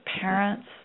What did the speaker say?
parents